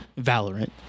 Valorant